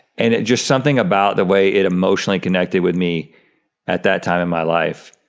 and it just something about the way it emotionally connected with me at that time in my life,